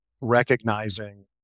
recognizing